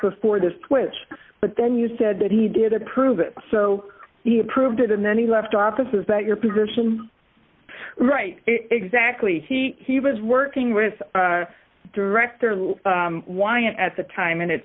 before the switch but then you said that he did approve it so he approved it and then he left office is that your position right exactly he he was working with director lou wyatt at the time